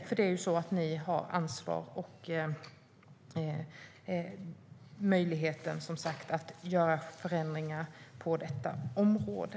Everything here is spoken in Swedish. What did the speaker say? Ni har ju ansvaret och möjligheten att göra förändringar på detta område.